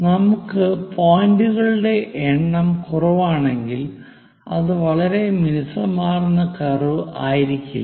നമുക്ക് പോയിന്റുകളുടെ എണ്ണം കുറവാണെങ്കിൽ അത് വളരെ മിനുസമാർന്ന കർവ് ആയിരിക്കില്ല